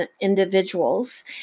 individuals